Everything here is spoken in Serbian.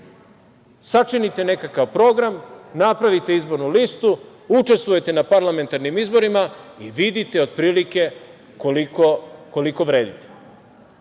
sačinite nekakav program, napravite izbornu listu, učestvujete na parlamentarnim izborima i vidite otprilike koliko vredite. To